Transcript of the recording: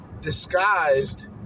disguised